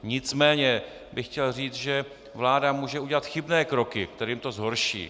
Nicméně bych chtěl říct, že vláda může udělat chybné kroky, kterými to zhorší.